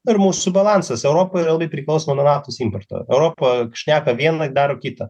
ir mūsų balansas europa yra labai priklausoma nuo naftos importo europa šneka viena daro kita